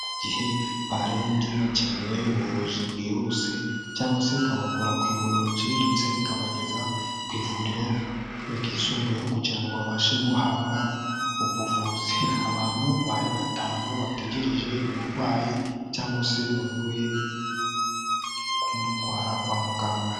mu gihe barembye bakeneye ubuvuzi bwihuse cyangwa se ikabakura ku ivuriro riciriritse ikabageza ku ivuriro ryisumbuyeho kugira ngo babashe guhabwa ubuvuzi, abantu batanu bategereje umurwayi cyangwa se bavuye kumutwara kwa muganga.